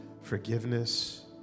forgiveness